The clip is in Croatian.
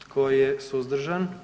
Tko je suzdržan?